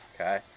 Okay